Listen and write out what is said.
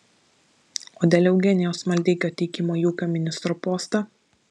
o dėl eugenijaus maldeikio teikimo į ūkio ministro postą